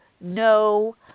no